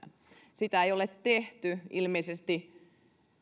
sitä ei ole tehty ilmeisesti